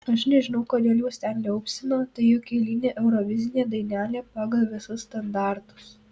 aš nežinau kodėl juos ten liaupsino tai juk eilinė eurovizinė dainelė pagal visus standartus